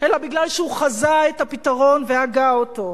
אלא משום שהוא חזה את הפתרון והגה אותו.